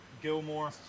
Gilmore